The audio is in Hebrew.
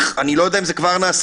אני לא יודע אם זה כבר נעשה,